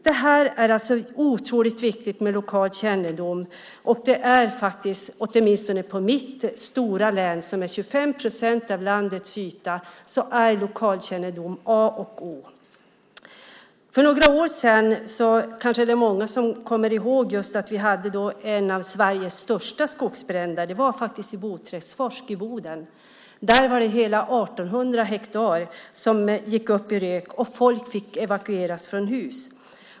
Det är otroligt viktigt med lokalkännedom. Åtminstone i mitt stora län, som motsvarar 25 procent av landets yta, är lokalkännedom A och O. Många kanske kommer ihåg att vi hade en av Sveriges största skogsbränder för några år sedan i Bodträskfors i Boden. Där var det hela 1 800 hektar som gick upp i rök. Folk fick evakueras från hus.